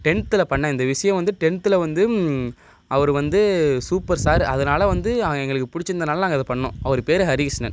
டென்த்தில் பண்ண இந்த விஷயோம் வந்து டென்த்தில் வந்து அவரு வந்து சூப்பர் சாரு அதனால வந்து ஆ எங்களுக்கு பிடிச்சிந்தனால நாங்கள் இதை பண்ணோம் அவரு பேரு ஹரிகிருஷ்ணன்